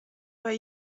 but